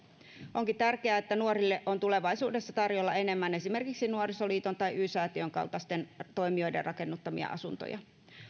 onkin tärkeää että nuorille on tulevaisuudessa tarjolla enemmän esimerkiksi nuorisoasuntoliiton tai y säätiön kaltaisten toimijoiden rakennuttamia asuntoja